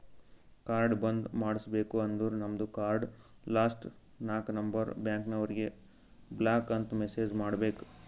card ಬಂದ್ ಮಾಡುಸ್ಬೇಕ ಅಂದುರ್ ನಮ್ದು ಕಾರ್ಡ್ ಲಾಸ್ಟ್ ನಾಕ್ ನಂಬರ್ ಬ್ಯಾಂಕ್ನವರಿಗ್ ಬ್ಲಾಕ್ ಅಂತ್ ಮೆಸೇಜ್ ಮಾಡ್ಬೇಕ್